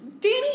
Danny